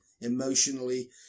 emotionally